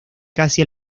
casi